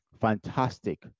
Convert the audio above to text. Fantastic